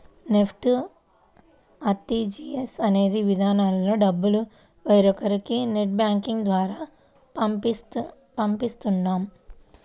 NEFT, RTGS అనే విధానాల్లో డబ్బుల్ని వేరొకరికి నెట్ బ్యాంకింగ్ ద్వారా పంపిస్తుంటాం